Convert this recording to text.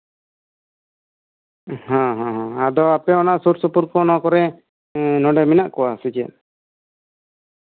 ᱦᱮ ᱦᱮᱸ ᱟᱫᱚ ᱟᱯᱮ ᱚᱱᱟ ᱥᱩᱨ ᱥᱩᱯᱩᱨ ᱚᱱᱟ ᱠᱚᱨᱮᱱ ᱢᱮᱱᱟᱜ ᱠᱚᱶᱟ ᱥᱮ ᱪᱮᱫ